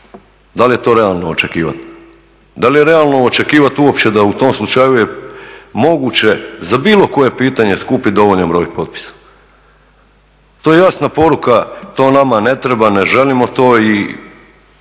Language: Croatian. Da li je to realno očekivati? Da li je realno očekivati uopće da u tom slučaju je moguće za bilo koje pitanje skupiti dovoljan broj potpisa? To je jasna poruka, to nama ne treba, ne želimo to i